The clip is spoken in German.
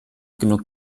genug